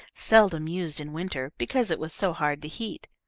seldom used in winter, because it was so hard to heat.